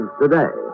today